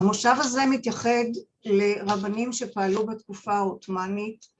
‫המושב הזה מתייחד לרבנים ‫שפעלו בתקופה העותמנית.